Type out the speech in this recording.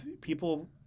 people –